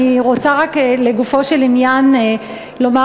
אני רוצה רק לגופו של עניין לומר,